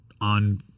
on